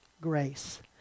Grace